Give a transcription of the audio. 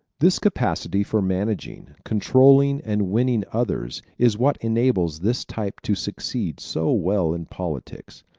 this capacity for managing, controlling and winning others is what enables this type to succeed so well in politics.